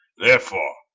therefore,